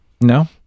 No